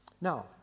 Now